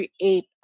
create